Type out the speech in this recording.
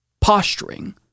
posturing